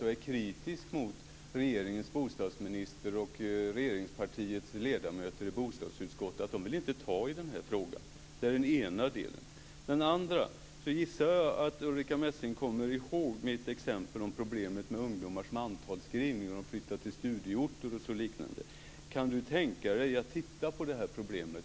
Hon är ju kritisk mot regeringens bostadsminister och regeringspartiets ledamöter i bostadsutskottet - de vill inte ta tag i frågan. Det är den ena delen. Den andra delen är följande. Jag gissar att Ulrica Messing kommer ihåg mitt exempel om problemet med ungdomars mantalsskrivning när de flyttar till en studieort etc. Kan Ulrica Messing tänka sig att närmare titta på problemet?